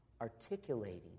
articulating